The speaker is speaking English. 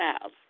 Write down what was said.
house